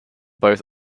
both